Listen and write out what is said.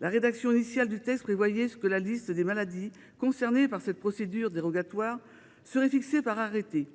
La rédaction initiale du texte prévoyait que la liste des maladies concernées par cette procédure dérogatoire serait fixée par arrêté.